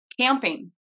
camping